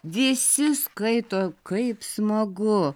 visi skaito kaip smagu